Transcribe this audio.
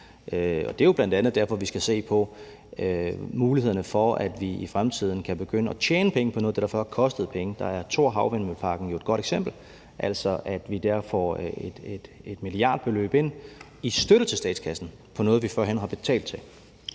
bl.a. derfor, vi skal se på mulighederne for, at vi i fremtiden kan begynde at tjene penge på noget af det, der før har kostet penge. Der er Thor Havvindmøllepark et godt eksempel, altså ved at vi dér får et milliardbeløb ind i støtte til statskassen på noget, vi førhen har betalt til.